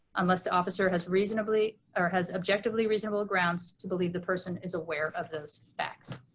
unless the officer has reasonably or has objectively reasonable grounds to believe the person is aware of those facts.